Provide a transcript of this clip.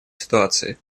ситуации